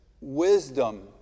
wisdom